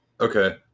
Okay